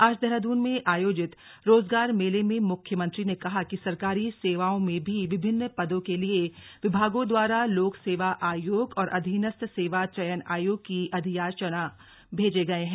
आज देहरादून में आयोजित रोजगार मेले में मुख्यमंत्री ने कहा कि सरकारी सेवाओं में भी विभिन्न पदों के लिए लिए विभागों द्वारा लोक सेवा आयोग और अधीनस्थ सेवा चयन आयोग को अधियाचन भेजे गये हैं